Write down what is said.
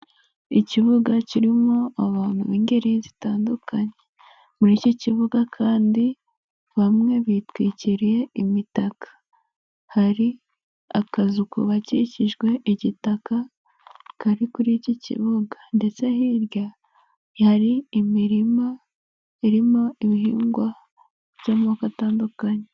Ikibuga kirimo abantu b'ingeri zitandukanye, muri iki kibuga kandi bamwe bitwikiriye imitaka. Hari akazu kubakishijwe igitaka kari kuri iki kibuga. Ndetse hirya hari imirima irimo ibihingwa by'amoko atandukanye.